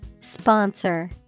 Sponsor